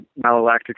malolactic